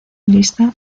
lista